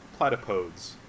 Platypodes